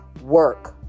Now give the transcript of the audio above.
work